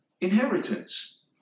inheritance